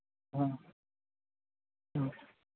ꯑ ꯎꯝ